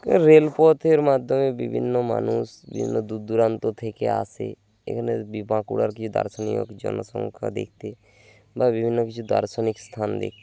রেলপথের মাধ্যমে বিভিন্ন মানুষ বিভিন্ন দূর দূরান্ত থেকে আসে এখানে বাঁকুড়ার কিছু দার্শনিক জনসংখ্যা দেখতে বা বিভিন্ন কিছু দার্শনিক স্থান দেখতে